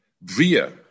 bria